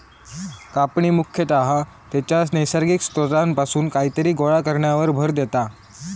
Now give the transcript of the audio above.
कापणी मुख्यतः त्याच्या नैसर्गिक स्त्रोतापासून कायतरी गोळा करण्यावर भर देता